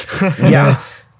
Yes